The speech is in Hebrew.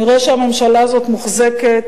נראה שהממשלה הזאת מוחזקת,